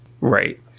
right